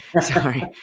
sorry